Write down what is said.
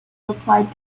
replied